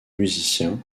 musiciens